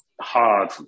hard